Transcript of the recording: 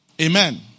Amen